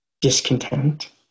discontent